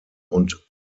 und